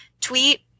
tweet